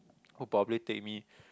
would probably take me